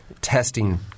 testing